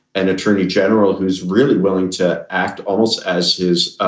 an attorney general who is really willing to act almost as his